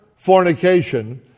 fornication